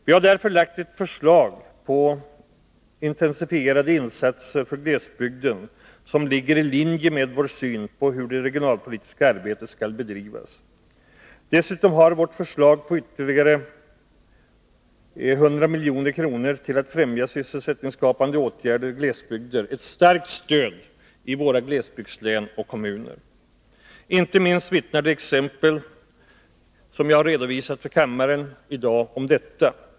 Vi har därför lagt fram ett förslag om intensifierade insatser för glesbygden som ligger i linje med vår syn på hur det regionalpolitiska arbetet skall bedrivas. Dessutom har vårt förslag om ytterligare 100 milj.kr. till att främja sysselsättningsskapande åtgärder i glesbygder ett starkt stöd i våra glesbygdslän och kommuner. Inte minst vittnar de exempel som jag i dag har redovisat för kammaren om detta.